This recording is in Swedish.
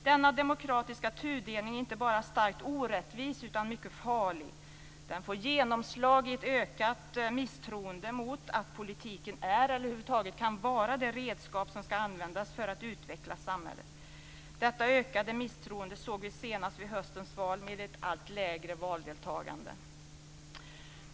Denna demokratiska tudelning är inte bara starkt orättvis utan också mycket farlig. Den får genomslag i ett ökat misstroende mot att politiken är eller över huvud taget kan vara det redskap som skall användas för att utveckla samhället. Detta ökande misstroende såg vi senast vid höstens val, med ett allt lägre valdeltagande.